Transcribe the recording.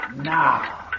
now